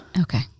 Okay